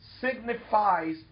signifies